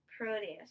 Proteus